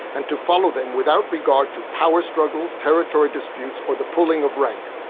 and to follow them without regard to power struggles, territory disputes or the pulling of rank.